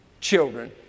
children